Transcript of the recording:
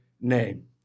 name